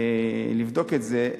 לבדוק את זה.